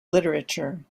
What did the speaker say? literature